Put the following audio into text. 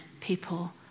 people